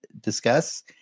discuss